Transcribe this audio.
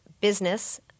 business